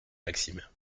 maxime